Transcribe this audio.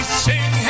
sing